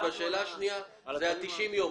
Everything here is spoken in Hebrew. שאלה שניה זה ה-90 יום.